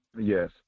Yes